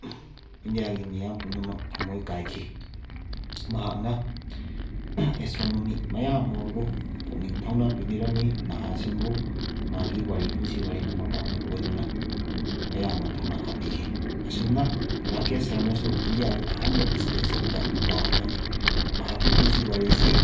ꯏꯟꯗꯤꯌꯥꯒꯤ ꯃꯤꯌꯥꯝ ꯄꯨꯝꯅꯃꯛ ꯊꯃꯣꯏ ꯀꯥꯏꯈꯤ ꯃꯍꯥꯛꯅ ꯑꯦꯁꯇ꯭ꯔꯣꯅꯣꯃꯤ ꯃꯌꯥꯝ ꯑꯃꯕꯨ ꯄꯨꯛꯅꯤꯡ ꯊꯧꯅꯥ ꯄꯤꯕꯤꯔꯝꯃꯤ ꯅꯍꯥꯁꯤꯡꯕꯨ ꯃꯥꯒꯤ ꯋꯥꯔꯤ ꯄꯨꯟꯁꯤ ꯋꯥꯔꯤꯅ ꯃꯄꯥꯡꯒꯜ ꯑꯣꯏꯗꯨꯅ ꯃꯌꯥꯝ ꯑꯃ ꯊꯧꯅꯥ ꯍꯥꯞꯄꯤꯈꯤ ꯑꯁꯨꯝꯅ ꯔꯥꯀꯦꯁ ꯁꯔꯃꯁꯨ ꯏꯟꯗꯤꯌꯥꯒꯤ ꯑꯍꯥꯟꯕ ꯏꯁꯄꯦꯁ ꯆꯠꯄ ꯅꯨꯄꯥ ꯑꯃꯅꯤ ꯃꯍꯥꯛꯀꯤ ꯄꯨꯟꯁꯤ ꯋꯥꯔꯤꯁꯤ